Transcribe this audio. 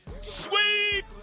Sweep